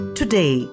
today